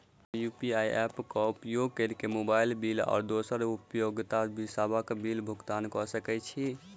हम UPI app क उपयोग करके मोबाइल बिल आ दोसर उपयोगिता बिलसबक भुगतान कर सकइत छि